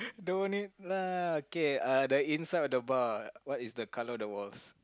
don't need lah okay uh the inside of the bar what is the color of the walls